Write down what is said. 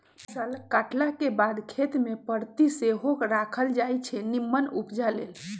फसल काटलाके बाद खेत कें परति सेहो राखल जाई छै निम्मन उपजा लेल